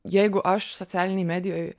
jeigu aš socialinėj medijoj